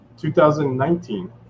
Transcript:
2019